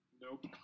Nope